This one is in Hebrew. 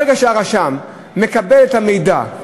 ברגע שהרשם מקבל את המידע,